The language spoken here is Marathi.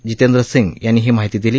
जितेंद्र सिंग यांनी ही माहिती दिली